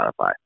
Spotify